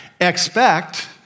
Expect